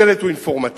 השלט הוא אינפורמטיבי,